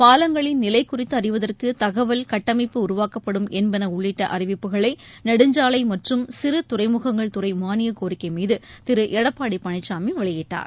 பாலங்களின் நிலை குறித்து அறிவதற்கு தகவல் கட்டமைப்பு உருவாக்கப்படும் என்பள உள்ளிட்ட அறிவிப்புகளை நெடுஞ்சாலை மற்றும் சிறுதுறைமுகங்கள் துறை மானியக்கோரிக்கை மீது திரு எடப்பாடி பழனிசாமி வெளியிட்டார்